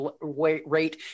rate